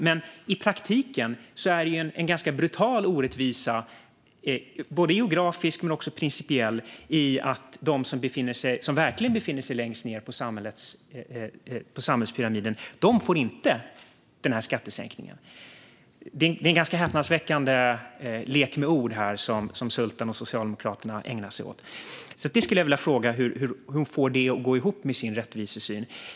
Men i praktiken är det en ganska brutal orättvisa, geografisk men också principiell, i att de som verkligen befinner sig längst ned i samhällspyramiden inte får den här skattesänkningen. Det är en ganska häpnadsväckande lek med ord som Sultan och Socialdemokraterna ägnar sig åt. Jag vill därför fråga hur hon får detta att gå ihop med sin rättvisesyn.